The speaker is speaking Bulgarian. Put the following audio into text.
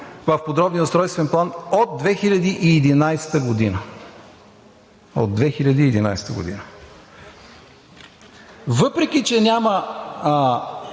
в подробния устройствен план от 2011 г. – от 2011 г. Въпреки че няма